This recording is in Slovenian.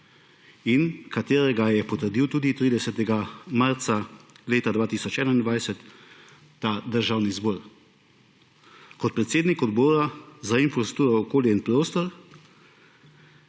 in katerega je potrdil tudi 30. marca leta 2021 Državni zbor. Kot predsednik Odbora za infrastrukturo, okolje in prostor,